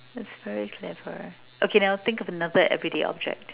that's very clever okay now think of another everyday object